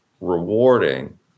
rewarding